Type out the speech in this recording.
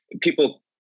people